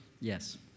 Yes